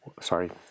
Sorry